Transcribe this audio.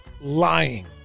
lying